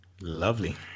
Lovely